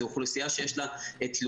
זו אוכלוסייה שיש לה תלויים,